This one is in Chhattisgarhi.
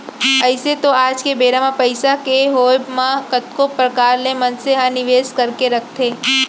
अइसे तो आज के बेरा म पइसा के होवब म कतको परकार ले मनसे ह निवेस करके रखथे